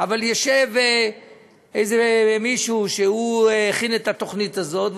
אבל ישב איזה מישהו שהכין את התוכנית הזאת,